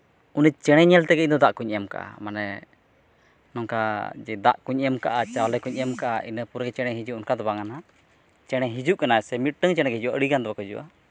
ᱩᱱᱤ ᱪᱮᱬᱮ ᱧᱮᱞ ᱛᱮᱜᱮ ᱤᱧ ᱫᱚ ᱫᱟᱜ ᱠᱚᱧ ᱮᱢ ᱠᱟᱜᱼᱟ ᱢᱟᱱᱮ ᱱᱚᱝᱠᱟ ᱡᱮ ᱫᱟᱜ ᱠᱚᱧ ᱮᱢ ᱠᱟᱜᱼᱟ ᱪᱟᱣᱞᱮ ᱠᱚᱧ ᱮᱢ ᱠᱟᱜᱼᱟ ᱤᱱᱟᱹ ᱯᱚᱨᱮ ᱜᱮ ᱪᱮᱬᱮᱭ ᱦᱤᱡᱩᱜᱼᱟ ᱚᱱᱠᱟ ᱫᱚ ᱵᱟᱝᱼᱟ ᱱᱟᱦᱟᱜ ᱪᱮᱬᱮ ᱦᱤᱡᱩᱜ ᱠᱟᱱᱟᱭ ᱥᱮ ᱢᱤᱫᱴᱟᱝ ᱪᱮᱬᱮ ᱜᱮᱭ ᱦᱤᱡᱩᱜ ᱟᱭ ᱟᱹᱰᱤ ᱜᱟᱱ ᱫᱚ ᱵᱟᱠᱚ ᱦᱤᱡᱩᱜᱼᱟ